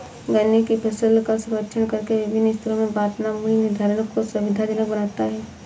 गन्ने की फसल का सर्वेक्षण करके विभिन्न स्तरों में बांटना मूल्य निर्धारण को सुविधाजनक बनाता है